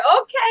okay